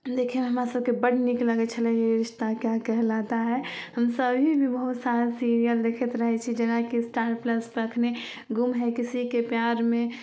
देखैमे हमरासभकेँ बड्ड नीक लगै छलै ये रिश्ता क्या कहलाता है हमसभ अभी भी बहुत सारा सिरिअल देखैत रहै छी जेनाकि स्टार प्लसपर एखनहि गुम है किसी के प्यार मे